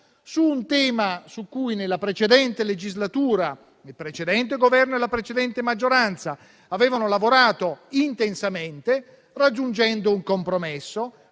per un tema su cui, nella precedente legislatura, il precedente Governo e la precedente maggioranza avevano lavorato intensamente, raggiungendo un compromesso